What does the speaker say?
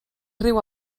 riu